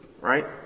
right